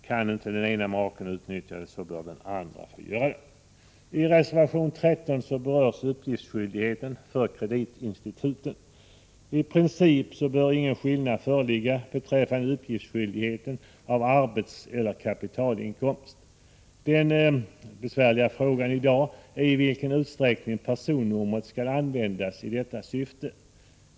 Kan inte den ena maken utnyttja det, så bör den andra få göra det. I reservation 13 berörs uppgiftsskyldigheten för kreditinstituten. I princip bör ingen skillnad föreligga beträffande uppgiftsskyldigheten för arbetseller kapitalinkomst. Den besvärliga frågan i dag är i vilken utsträckning personnumret skall användas i detta syfte.